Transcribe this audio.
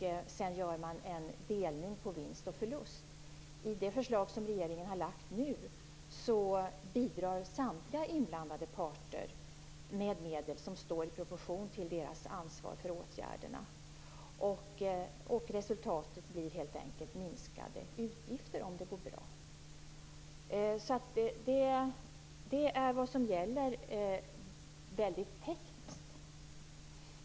Sedan gör man en delning av vinst och förlust. I det förslag som regeringen nu har lagt fram bidrar samtliga inblandade parter med medel som står i proportion till deras ansvar för åtgärderna. Och resultatet blir helt enkelt minskade utgifter, om det går bra. Det är vad som gäller rent tekniskt.